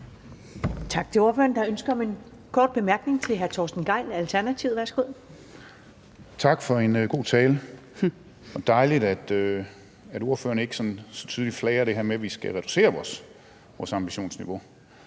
Tak til ordføreren. Der er et ønske om en kort bemærkning. Det er hr. Torsten Gejl, Alternativet. Værsgo. Kl. 12:18 Torsten Gejl (ALT): Tak for en god tale. Det er dejligt, at ordføreren ikke sådan tydeligt flager det her med, at vi skal reducere vores ambitionsniveau.